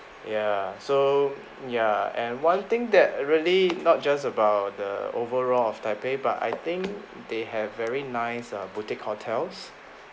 ya so ya and one thing that really not just about the overall of taipei but I think they have very nice mm boutique hotels